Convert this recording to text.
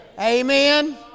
Amen